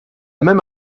même